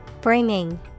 Bringing